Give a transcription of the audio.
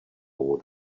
more